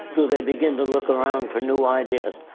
do they begin to look around for new ideas.